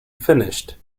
finished